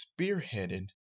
spearheaded